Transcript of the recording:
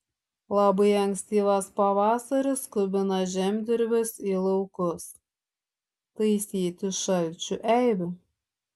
labai ankstyvas pavasaris skubina žemdirbius į laukus taisyti šalčių eibių